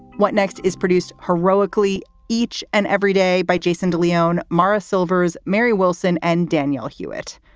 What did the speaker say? what next? is produced heroically each and every day by jason de leon, marra silvers, mary wilson and danielle hewett.